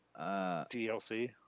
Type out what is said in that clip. DLC